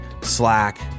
Slack